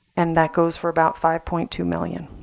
and that goes for about five point two million.